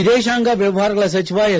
ವಿದೇಶಾಂಗ ವ್ಯವಹಾರಗಳ ಸಚಿವ ಎಸ್